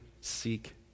seek